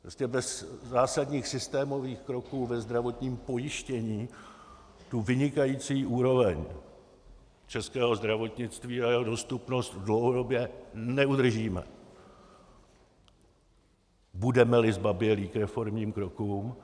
Prostě bez zásadních systémových kroků ve zdravotním pojištění tu vynikající úroveň českého zdravotnictví a jeho dostupnost dlouhodobě neudržíme, budemeli zbabělí k reformním krokům.